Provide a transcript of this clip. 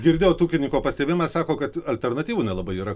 girdėjot ūkininko pastebėjimą sako kad alternatyvų nelabai yra